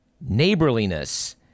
neighborliness